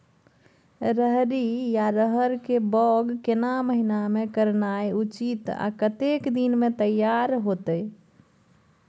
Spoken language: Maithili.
रहरि या रहर के बौग केना महीना में करनाई उचित आ कतेक दिन में तैयार होतय?